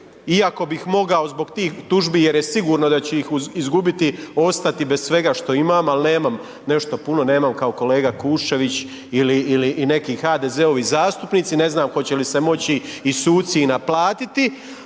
iako bih mogao zbog tih tužbi jer je sigurno da ću ih izgubiti ostati bez svega što ima, ali nemam nešto puno, nemam kao kolega Kuščević ili i neki HDZ-ovi zastupnici, ne znam hoće li se moći i suci i naplatiti